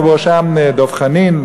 ובראשם דב חנין,